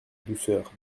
douceur